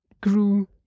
grew